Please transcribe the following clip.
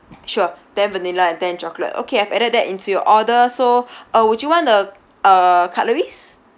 sure ten vanilla and ten chocolate okay I've added that into your order so uh would you want the uh cutleries